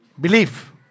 Belief